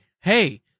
hey